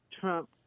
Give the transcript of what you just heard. trump